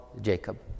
Jacob